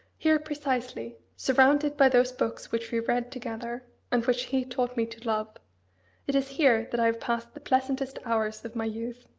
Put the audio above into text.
here, precisely surrounded by those books which we read together, and which he taught me to love it is here that i have passed the pleasantest hours of my youth.